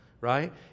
right